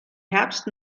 herbst